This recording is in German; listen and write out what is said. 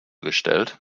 gestellt